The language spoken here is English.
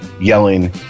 yelling